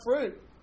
fruit